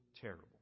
terrible